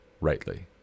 rightly